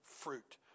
Fruit